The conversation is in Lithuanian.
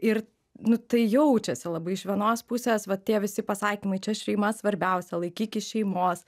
ir nu tai jaučiasi labai iš vienos pusės va tie visi pasakymai čia šeima svarbiausia laikykis šeimos